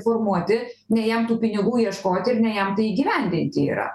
formuoti nei jam tų pinigų ieškoti ir ne jam tai įgyvendinti yra